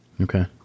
okay